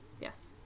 Yes